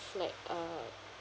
like uh